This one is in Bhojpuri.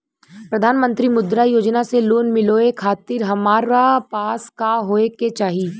प्रधानमंत्री मुद्रा योजना से लोन मिलोए खातिर हमरा पास का होए के चाही?